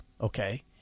Okay